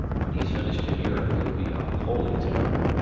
when he's finished in europe he'll be a holy terror.